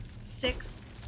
six